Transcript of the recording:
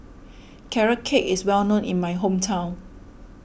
Carrot Cake is well known in my hometown